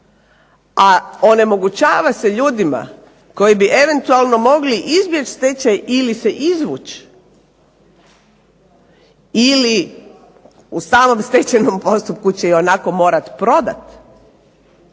a onemogućava se ljudima koji bi eventualno mogli izbjeći stečaj ili se izvući ili u samom stečajnom postupku će ionako morat prodat